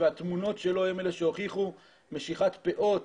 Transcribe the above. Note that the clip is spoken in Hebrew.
והתמונות שלו הן אלה שהוכיחו משיכת פאות